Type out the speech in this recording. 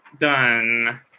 done